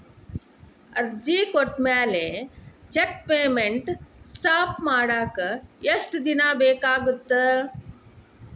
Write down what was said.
ಅರ್ಜಿ ಕೊಟ್ಮ್ಯಾಲೆ cheque payment stop ಮಾಡಾಕ ಎಷ್ಟ ದಿನಾ ಬೇಕಾಗತ್ತಾ